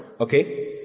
okay